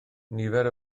nifer